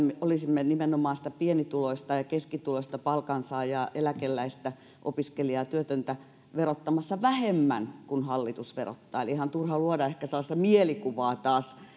me esimerkiksi olisimme nimenomaan sitä pienituloista ja ja keskituloista palkansaajaa eläkeläistä opiskelijaa työtöntä verottamassa vähemmän kuin hallitus verottaa eli ihan turha luoda taas ehkä sellaista mielikuvaa